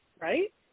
right